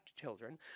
children